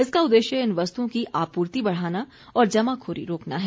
इसका उद्देश्य इन वस्तुओं की आपूर्ति बढ़ाना और जमाखोरी रोकना है